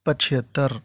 پچھتر